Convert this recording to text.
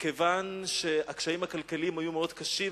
מכיוון שהקשיים הכלכליים היו מאוד קשים,